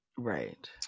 Right